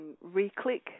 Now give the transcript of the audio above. re-click